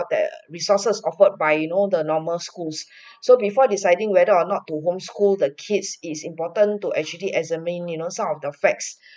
the resources offered by you know the normal schools so before deciding whether or not to home school their kids is important to actually as a main you know some of the facts